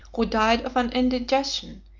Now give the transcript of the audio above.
who died of an indigestion,